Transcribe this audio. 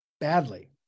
badly